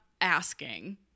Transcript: asking